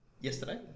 yesterday